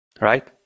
Right